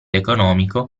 economico